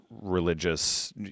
religious